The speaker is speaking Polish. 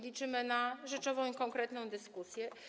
Liczymy na rzeczową i konkretną dyskusję.